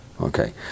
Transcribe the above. Okay